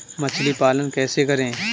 मछली पालन कैसे करें?